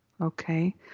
okay